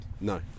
No